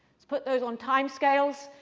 let's put those on time scales.